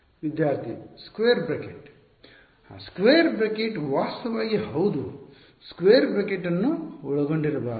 ವಿದ್ಯಾರ್ಥಿ square bracket square bracket ವಾಸ್ತವವಾಗಿ ಹೌದು ಸ್ಕ್ವೇರ್ ಬ್ರಾಕೆಟ್ ಅನ್ನು ಒಳಗೊಂಡಿರಬಾರದು